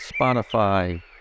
Spotify